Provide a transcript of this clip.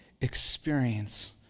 experience